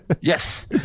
yes